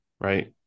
right